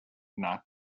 not